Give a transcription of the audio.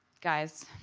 guys,